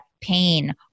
pain